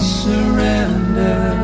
surrender